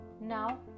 Now